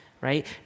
right